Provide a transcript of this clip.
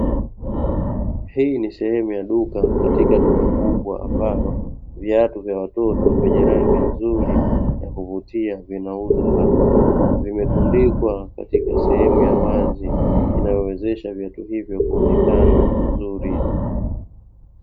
Hii ni sehemu ya duka katika duka kubwa ambalo, viatu vya watoto vyenye rangi nzuri ya kuvutia vinauzwa hapa, vimetundikwa katika sehemu ya wazi, inayowezesha viatu hivyo kuonekana vizuri.